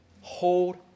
Hold